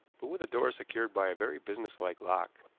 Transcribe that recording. but with a door secured by a very business-like lock.